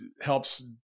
helps